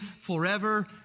forever